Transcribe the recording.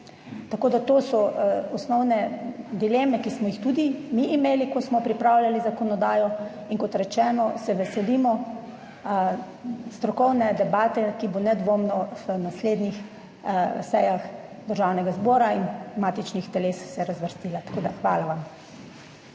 To so osnovne dileme, ki smo jih tudi mi imeli, ko smo pripravljali zakonodajo. Kot rečeno, se veselimo strokovne debate, ki se bo nedvomno na naslednjih sejah Državnega zbora in matičnih teles zvrstila. Hvala vam.